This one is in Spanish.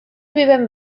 viven